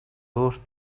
өөрт